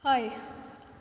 हय